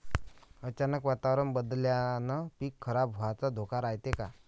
अचानक वातावरण बदलल्यानं पीक खराब व्हाचा धोका रायते का?